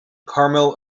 caramel